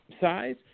size